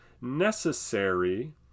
necessary